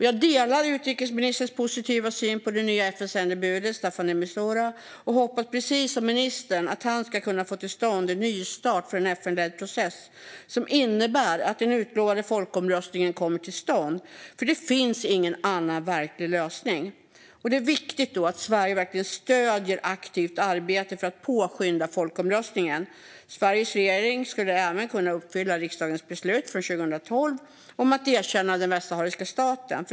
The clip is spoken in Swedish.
Jag delar utrikesministerns positiva syn på det nya FN-sändebudet, Staffan de Mistura, och hoppas precis som ministern att han ska kunna få till stånd en nystart för en FN-ledd process som innebär att den utlovade folkomröstningen kommer till stånd. Det finns ingen annan verklig lösning. Det är viktigt att Sverige verkligen aktivt stöder arbetet för att påskynda folkomröstningen. Sveriges regering skulle även kunna uppfylla riksdagens beslut från 2012 om att erkänna den västsahariska staten.